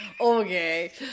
Okay